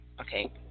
Okay